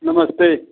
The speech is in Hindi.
नमस्ते